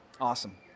Awesome